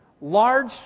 large